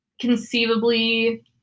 conceivably